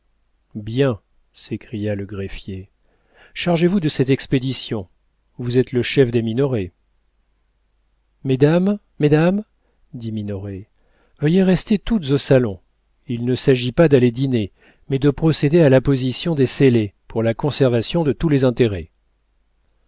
bien s'écria le greffier chargez-vous de cette expédition vous êtes le chef des minoret mesdames mesdames dit minoret veuillez rester toutes au salon il ne s'agit pas d'aller dîner mais de procéder à l'apposition des scellés pour la conservation de tous les intérêts